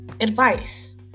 advice